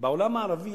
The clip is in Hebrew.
בעולם הערבי,